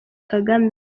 kagame